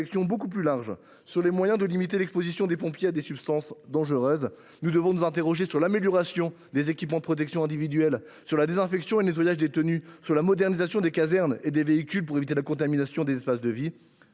beaucoup plus large sur les moyens de limiter l’exposition des pompiers à des substances dangereuses. Nous devons nous interroger sur l’amélioration des équipements de protection individuelle, sur la désinfection et le nettoyage des tenues, sur la modernisation des casernes et des véhicules pour éviter la contamination des espaces de vie.